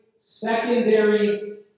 secondary